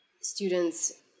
students